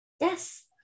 Yes